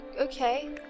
Okay